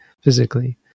physically